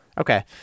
Okay